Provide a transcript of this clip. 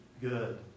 good